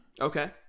Okay